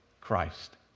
Christ